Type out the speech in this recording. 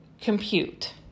compute